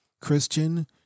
Christian